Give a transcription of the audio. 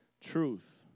truth